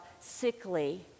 sickly